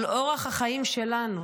על אורח החיים שלנו.